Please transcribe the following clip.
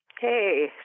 hey